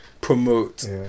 promote